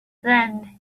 then